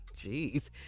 Jeez